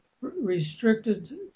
restricted